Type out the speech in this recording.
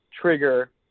trigger